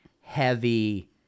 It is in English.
heavy